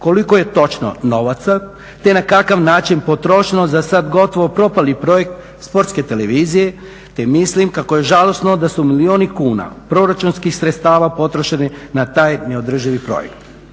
koliko je točno novaca, te na kakav način potrošeno za sad gotovo propali projekt Sportske televizije te mislim kako je žalosno da su milijuni kuna proračunskih sredstava potrošeni na taj neodrživi projekt.